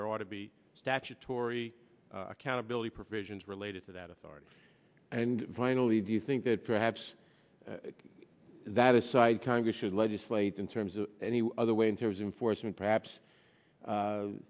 there ought to be statutory accountability provisions related to that authority and finally do you think that perhaps that aside congress should legislate in terms of any other way in terms in force and perhaps